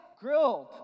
grilled